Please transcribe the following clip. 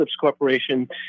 Corporation